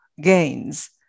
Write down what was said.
gains